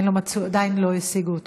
עדיין לא השיגו אותו.